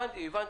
הבנתי, הבנתי.